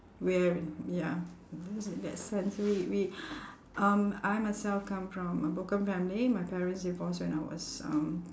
where ya that sense we we um I myself come from a broken family my parents divorce when I was um